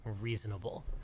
reasonable